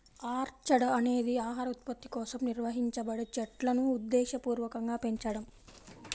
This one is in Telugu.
ఆర్చర్డ్ అనేది ఆహార ఉత్పత్తి కోసం నిర్వహించబడే చెట్లును ఉద్దేశపూర్వకంగా పెంచడం